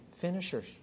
finishers